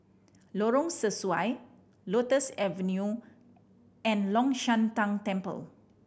Lorong Sesuai Lotus Avenue and Long Shan Tang Temple